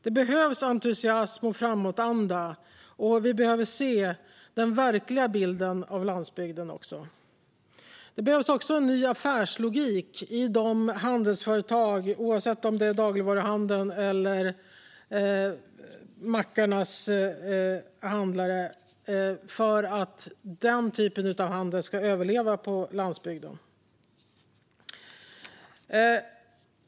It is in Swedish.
Det behövs entusiasm och framåtanda, och vi behöver se den verkliga bilden av landsbygden. Det behövs också en ny affärslogik i handelsföretagen, oavsett om det rör sig om dagligvaruhandel eller om mackar, för att den typen av handel ska överleva på landsbygden.